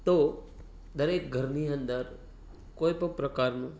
તો દરેક ઘરની અંદર કોઈપણ પ્રકારનું